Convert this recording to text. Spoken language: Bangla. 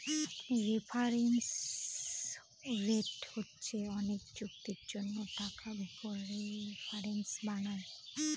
রেফারেন্স রেট হচ্ছে অনেক চুক্তির জন্য টাকার উপর রেফারেন্স বানায়